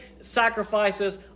sacrifices